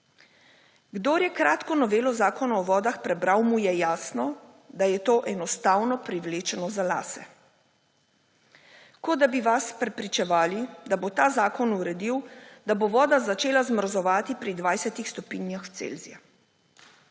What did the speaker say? Kdor je kratko novelo Zakona o vodah prebral, mu je jasno, da je to enostavno privlečeno za lase. Kot da bi vas prepričevali, da bo ta zakon uredil, da bo voda začela zmrzovati pri 20 stopinjah Celzija.